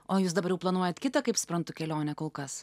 o jūs dabar jau planuojat kitą kaip suprantu kelionę kol kas